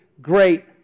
great